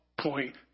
point